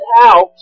out